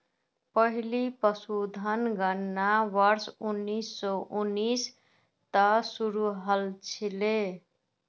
पहली पशुधन गणना वर्ष उन्नीस सौ उन्नीस त शुरू हल छिले